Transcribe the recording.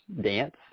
dance